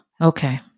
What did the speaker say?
Okay